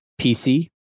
PC